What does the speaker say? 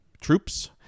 troops